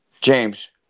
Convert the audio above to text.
James